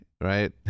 Right